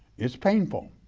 it's painful,